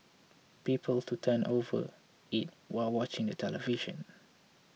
people to tend overeat while watching the television